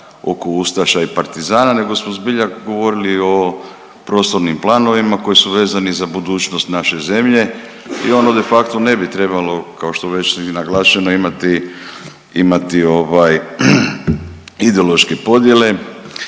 oko ustaša i partizana, nego smo zbilja govorili o prostornim planovima koji su vezani za budućnost naše zemlje i ono de facto ne bi trebalo kao što je već i naglašeno imati ideološke podjele